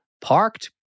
parked